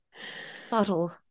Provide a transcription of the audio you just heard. subtle